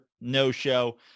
no-show